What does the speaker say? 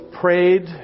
prayed